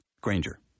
Granger